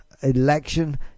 election